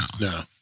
No